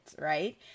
right